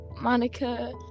Monica